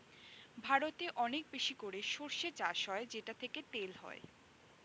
ভারতে অনেক বেশি করে সরষে চাষ হয় যেটা থেকে তেল হয়